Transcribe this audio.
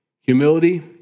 Humility